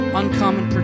uncommon